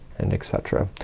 and et cetera.